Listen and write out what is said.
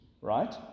right